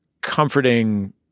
comforting